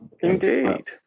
Indeed